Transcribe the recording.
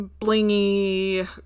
blingy